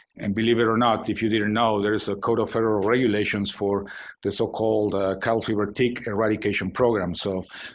and believe it or not, if you didn't know, there's a code of federal regulations for the so-called cattle fever tick eradication program. so,